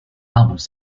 albums